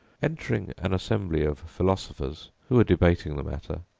entering an assembly of philosophers who were debating the matter,